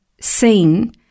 seen